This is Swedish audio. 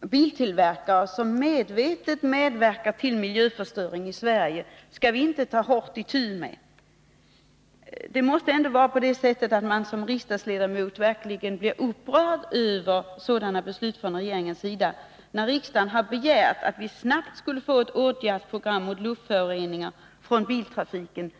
biltillverkare medhårs som medvetet medverkar till miljöförstöringen i Sverige. Dem skall vi således inte ta itu med. Som riksdagsledamot måste man verkligen bli upprörd över sådana beslut från regeringens sida. Riksdagen har begärt att vi snabbt skulle få ett åtgärdsprogram mot luftföroreningar från biltrafiken.